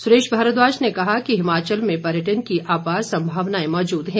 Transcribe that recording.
सुरेश भारद्वाज ने कहा कि हिमाचल में पर्यटन की अपार सम्भावनाएं मौजूद हैं